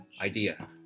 idea